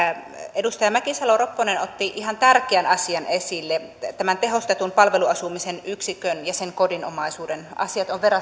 edustaja mäkisalo ropponen otti ihan tärkeän asian esille tämän tehostetun palveluasumisen yksikön ja sen kodinomaisuuden että asiat ovat